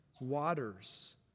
waters